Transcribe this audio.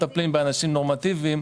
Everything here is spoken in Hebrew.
באנשים נורמטיביים.